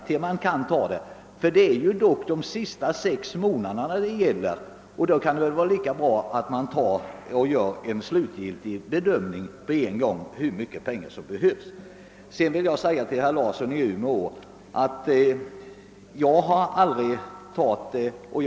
Vi anser därför att vi nu skall besluta om det bidrag som för dagen är aktuellt — det är dock de sista sex månaderna av försöksperioden det gäller — och sedan kan vi göra en slutgiltig bedömning.